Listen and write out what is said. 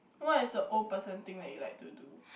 what is the old person thing that you like to do